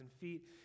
feet